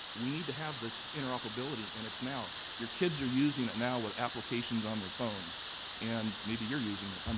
we need to have this interoperability and it's now. your kids are using it now with applications on their phones and maybe you're using it. um